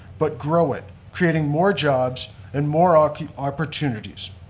but grow it, creating more jobs and more um opportunities.